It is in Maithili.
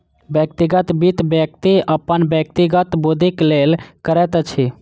व्यक्तिगत वित्त, व्यक्ति अपन व्यक्तिगत वृद्धिक लेल करैत अछि